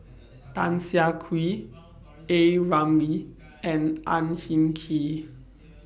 Tan Siah Kwee A Ramli and Ang Hin Kee